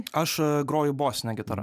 aš groju bosine gitara